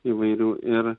įvairių ir